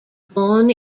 born